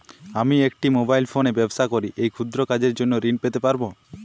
আমি একটি মোবাইল ফোনে ব্যবসা করি এই ক্ষুদ্র কাজের জন্য ঋণ পেতে পারব?